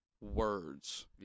words